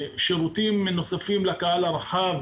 שירותים נוספים לקהל הרחב,